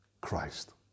Christ